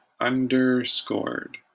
Underscored